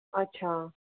अच्छा